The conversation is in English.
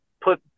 put